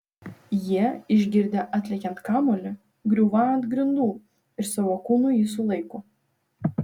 jie išgirdę atlekiant kamuolį griūvą ant grindų ir savo kūnu jį sulaiko